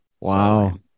Wow